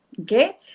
okay